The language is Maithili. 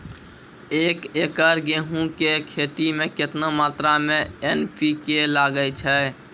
एक एकरऽ गेहूँ के खेती मे केतना मात्रा मे एन.पी.के लगे छै?